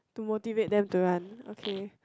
to motivate them to run okay